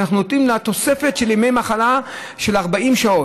ואנחנו נותנים לה תוספת של ימי מחלה של 40 שעות.